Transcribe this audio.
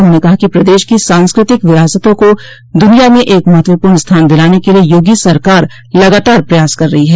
उन्होंने कहा कि प्रदेश की सांस्कृतिक विरासतों को दुनिया में एक महत्वपूर्ण स्थान दिलाने के लिए योगी सरकार लगातार प्रयास कर रही है